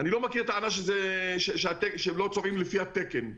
אבל אני לא מכיר טענה שלא צובעים לפי התקן.